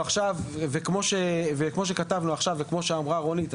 וכמו שכתבנו עכשיו וכמו שאמרה רונית,